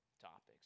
topics